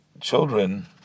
children